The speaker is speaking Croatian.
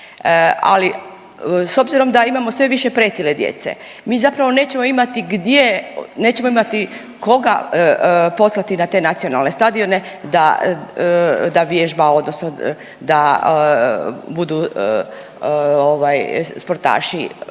Ali s obzirom da imamo sve više pretile djece, mi zapravo nećemo imati gdje, nećemo imati koga poslati na te nacionalne stadione da vježba odnosno da budu ovaj sportaši.